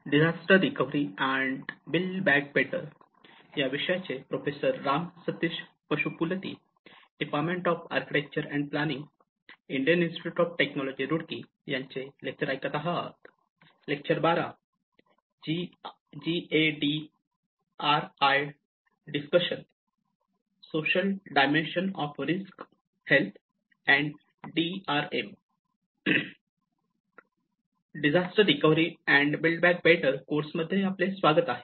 disaster recovery and build back better course मध्ये आपले स्वागत आहे